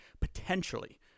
potentially